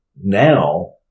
now